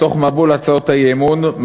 בתוך מבול הצעות האי-אמון,